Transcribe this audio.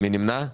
מי נמנע?